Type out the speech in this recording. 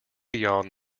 beyond